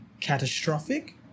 catastrophic